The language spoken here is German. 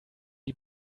die